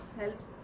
helps